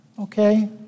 Okay